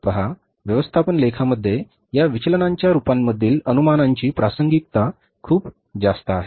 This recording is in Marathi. पहा व्यवस्थापन लेखामध्ये या विचलनांच्या रूपांमधील अनुमानांची प्रासंगिकता खूप जास्त आहे